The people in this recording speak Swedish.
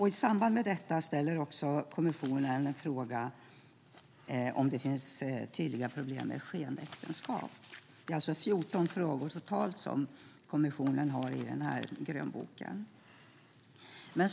I samband med detta ställer också kommissionen en fråga om det finns tydliga problem med skenäktenskap. Det är alltså totalt 14 frågor som kommissionen har i grönboken.